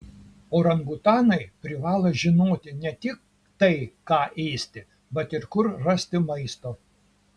orangutanai privalo žinoti ne tik tai ką ėsti bet ir kur rasti maisto